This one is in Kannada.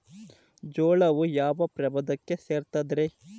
ಜೋಳವು ಯಾವ ಪ್ರಭೇದಕ್ಕ ಸೇರ್ತದ ರೇ?